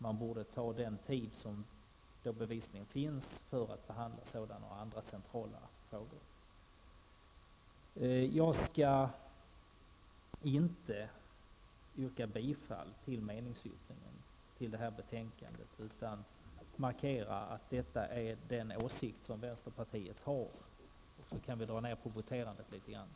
Man borde ta till vara den tid som bevisligen finns för att behandla sådana och andra centrala frågor. Jag skall inte yrka bifall till meningsyttringen till detta betänkande, utan jag vill bara markera att detta är den åsikt som vänsterpartiet har. På detta sätt kan vi dra ned på voteringstiden litet grand.